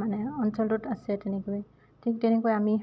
মানে অঞ্চলটোত আছে তেনেকৈ ঠিক তেনেকৈ আমি